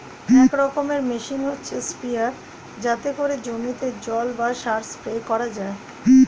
এক রকমের মেশিন হচ্ছে স্প্রেয়ার যাতে করে জমিতে জল বা সার স্প্রে করা যায়